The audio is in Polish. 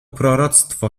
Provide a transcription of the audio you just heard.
proroctwo